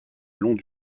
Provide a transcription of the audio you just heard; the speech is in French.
long